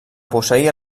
posseir